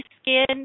skin